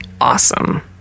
awesome